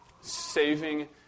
Saving